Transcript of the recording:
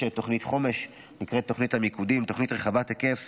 יש תוכנית חומש רחבת היקף